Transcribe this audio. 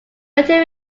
better